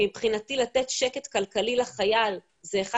כי מבחינתי לתת שקט כלכלי לחייל זה אחד